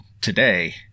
today